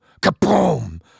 Kaboom